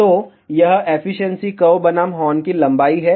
तो यह efficiency curve बनाम हॉर्न की लंबाई है जो कि RE RH है